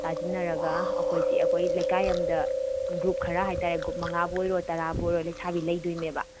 ꯇꯥꯁꯤꯟꯅꯔꯒ ꯑꯩꯈꯣꯏꯁꯤ ꯑꯩꯈꯣꯏ ꯂꯩꯀꯥꯏ ꯑꯃꯗ ꯒ꯭ꯔꯨꯞ ꯈꯔ ꯍꯥꯏꯇꯥꯔꯦ ꯒ꯭ꯔꯨꯞ ꯃꯉꯥꯕꯨ ꯑꯣꯏꯔꯣ ꯇꯔꯥꯕꯨ ꯑꯣꯏꯔꯣ ꯂꯩꯁꯥꯕꯤ ꯂꯩꯗꯣꯏꯅꯦꯕ